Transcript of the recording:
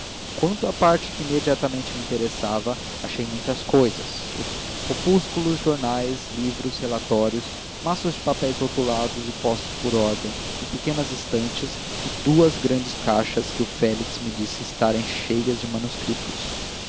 quanto à parte que imediatamente me interessava achei muitas cousas opúsculos jornais livros relatórios maços de papéis rotulados e postos por odem em pequenas estantes e duas grandes caixas que o félix me disse estarem cheias de manuscritos